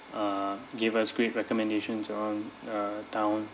uh gave us great recommendations around uh town